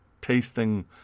tasting